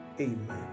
Amen